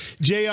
JR